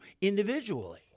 individually